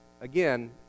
again